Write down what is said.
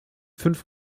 fünf